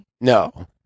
No